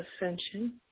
Ascension